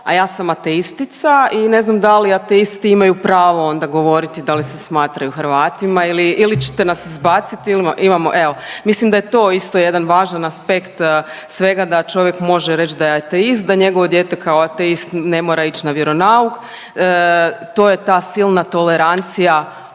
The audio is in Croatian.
a ja sam ateistica i ne znam da li ateisti imaju pravo onda govoriti da li se smatraju Hrvatima ili ćete nas izbaciti ili imamo, evo, mislim da je to isto jedan važan aspekt svega, da čovjek može reći da je ateist, da je njegovo dijete, kao ateist ne mora ići na vjeronauk, to je ta silna toleranciju